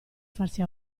farsi